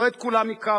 לא את כולם הכרנו,